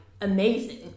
amazing